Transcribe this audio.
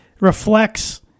reflects